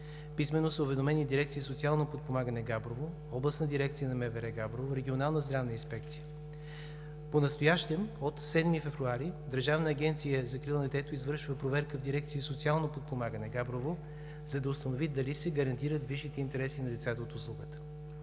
Писмено са уведомени дирекция „Социално подпомагане“ – Габрово, Областна дирекция на МВР – Габрово, Регионална здравна инспекция. Понастоящем – от 7 февруари 2018 г., Държавната агенция за закрила на детето извършва проверка в дирекция „Социално подпомагане“ – Габрово, за да установи дали се гарантират висшите интереси на децата от услугата.